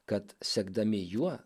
kad sekdami juo